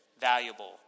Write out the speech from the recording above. valuable